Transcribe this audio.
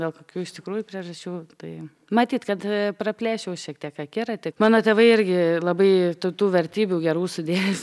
dėl kokių iš tikrųjų priežasčių tai matyt kad praplėšiau šiek tiek akiratį mano tėvai irgi labai tų tų vertybių gerų sudėjus